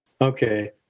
Okay